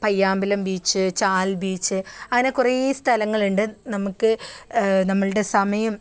Payyambalam beach Chal beach അങ്ങനെ കുറേ സ്ഥലങ്ങളുണ്ട് നമുക്ക് നമ്മളുടെ സമയം